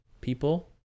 people